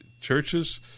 churches